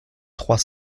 trois